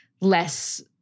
less